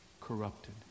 corrupted